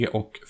och